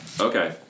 okay